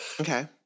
Okay